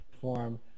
form